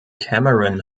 cameron